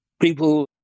people